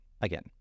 again